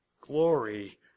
glory